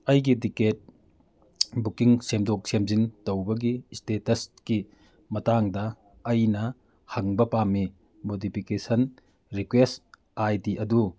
ꯑꯩꯒꯤ ticket booking ꯁꯦꯝꯗꯣꯛ ꯁꯦꯝꯖꯤꯟ ꯇꯧꯕꯒꯤ ꯏꯁꯇꯦꯇꯁꯀꯤ ꯃꯇꯥꯡꯗ ꯑꯩꯅ ꯍꯪꯕ ꯄꯥꯝꯃꯤ ꯃꯣꯗꯤꯐꯤꯀꯦꯁꯟ ꯔꯤꯀ꯭ꯋꯦꯁ ꯑꯥꯏ ꯗꯤ ꯑꯗꯨ